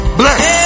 bless